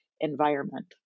environment